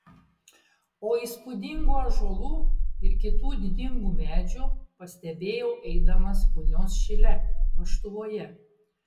o įspūdingų ąžuolų ir kitų didingų medžių pastebėjau eidamas punios šile paštuvoje